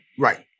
Right